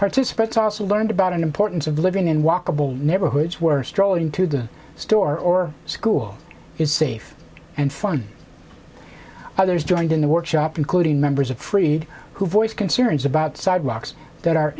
participants also learned about importance of living in walkable neighborhoods were strolling to the store or school is safe and fun others joined in the workshop including members of freed who voiced concerns about sidewalks that are